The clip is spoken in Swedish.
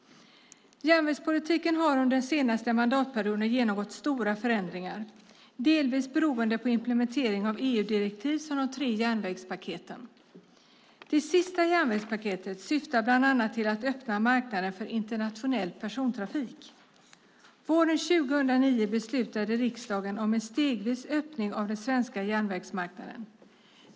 Järnvägspolitiken har under den senaste mandatperioden genomgått stora förändringar, delvis beroende på implementering av EU-direktiv, som de tre järnvägspaketen. Det senaste järnvägspaketet syftar bland annat till att öppna marknaden för internationell persontrafik. Våren 2009 beslutade riksdagen om en stegvis öppning av den svenska järnvägsmarknaden.